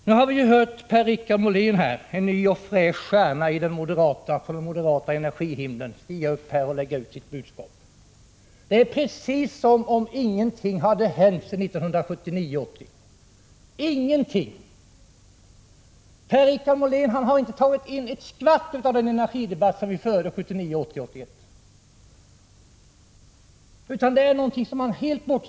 Nu har vi hört Per-Richard Molén, en ny och fräsch stjärna från den moderata energihimlen, stiga upp i talarstolen och framföra sitt budskap. Det är precis som om ingenting hade hänt sedan 1979-1980. Per-Richard Molén har inte tagit till sig något av den energidebatt som vi förde 1979, 1980 och 1981.